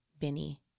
Benny